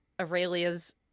aurelia's